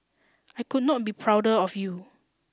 I could not be prouder of you